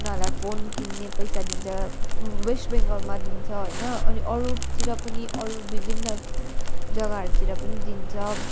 उनीहरूलाई फोन किन्ने पैसा दिन्छ वेस्ट बेङ्गलमा दिन्छ होइन अनि अरूतिर पनि अरू विभिन्न जग्गाहरूतिर पनि दिन्छ